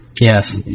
Yes